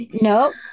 Nope